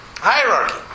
Hierarchy